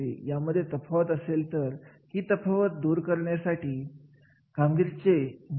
या उद्योग समूह मध्ये त्यांनी काय केले की एक तक्ता तयार केला या तक्त्यानुसार ज्या कार्याची खूप जास्त महत्त्व आहे अशा कार्याची नोंदणी केली